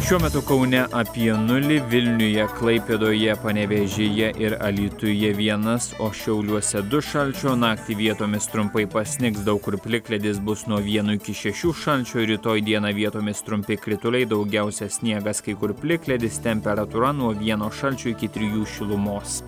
šiuo metu kaune apie nulį vilniuje klaipėdoje panevėžyje ir alytuje vienas o šiauliuose du šalčio naktį vietomis trumpai pasnigs daug kur plikledis bus nuo vieno iki šešių šalčio rytoj dieną vietomis trumpi krituliai daugiausia sniegas kai kur plikledis temperatūra nuo vieno šalčio iki trijų šilumos